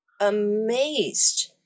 amazed